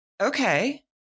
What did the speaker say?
Okay